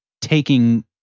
taking